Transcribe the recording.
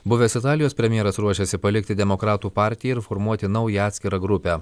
buvęs italijos premjeras ruošėsi palikti demokratų partiją ir formuoti naują atskirą grupę